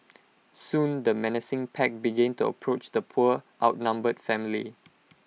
soon the menacing pack began to approach the poor outnumbered family